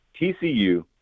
TCU